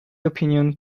opinion